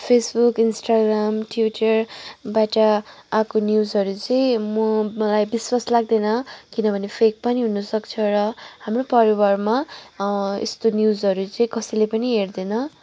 Facebook Instagram ट्युटरबाट आएको न्युजहरू चाहिँ म मलाई विश्वास लाग्दैन किनभने फेक पनि हुनसक्छ र हाम्रो परिवारमा यस्तो न्युजहरू चाहिँ कसैले पनि हेर्दैन